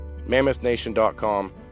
MammothNation.com